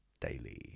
Daily